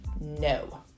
no